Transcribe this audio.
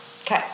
Okay